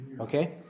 Okay